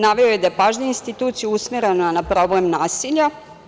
Naveo je da je pažnja institucije usmerena na problem nasilja.